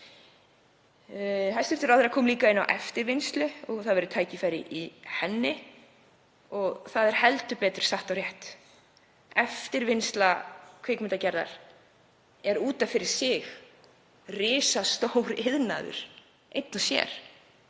Hæstv. ráðherra kom líka inn á eftirvinnslu og að það væru tækifæri í henni og það er heldur betur satt og rétt. Eftirvinnsla kvikmyndagerðar er út af fyrir sig risastór iðnaður sem heldur